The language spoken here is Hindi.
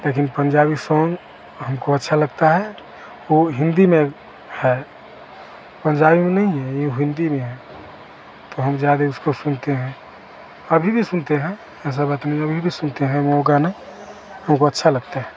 लेकिन पंजाबी सॉन्ग हमको अच्छा लगता है ओ हिन्दी में है पंजाबी में नहीं है यह हिन्दी में है तो हम ज़्यादा उसको सुनते हैं अभी भी सुनते हैं ऐसा बात नहीं अभी भी सुनते हैं वह गाना हमको अच्छा लगता है